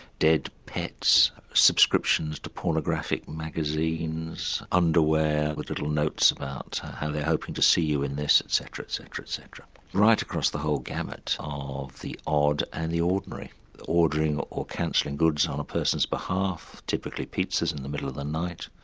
dead pets, subscriptions to pornographic magazines underwear with little notes about how they are hoping to see you in this etc, etc, etc. right across the whole gamut of the odd and the ordinary ordering or cancelling goods on a person's behalf, typically pizzas in the middle of the night.